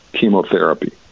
chemotherapy